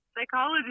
Psychology